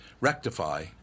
Rectify